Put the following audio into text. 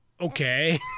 Okay